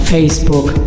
Facebook